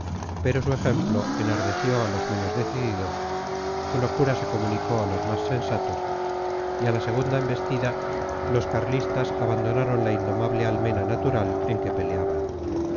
pero su ejemplo enardeció a los menos decididos su locura se comunicó a los más sensatos y a la segunda embestida los carlistas abandonaron la indomable almena natural en que peleaban